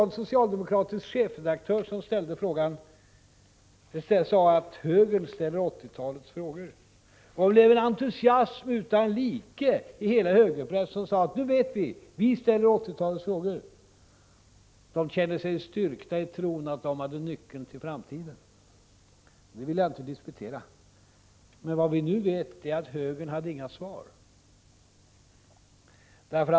En socialdemokratisk chefredaktör sade för en tid sedan att det är högern som ställer 1980-talets frågor. Och det blev en entusiasm utan like i hela högerpressen som sade: Nu vet vi, vi ställer 1980-talets frågor. De kände sig styrkta i tron att de hade nyckeln till framtiden. Det vill jag inte disputera, men vad vi nu vet är att högern inte hade några svar.